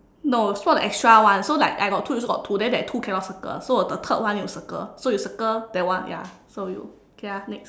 no so the extra one so like I got two you also got two then that two cannot circle so the third one you circle so you circle that one so you okay ah next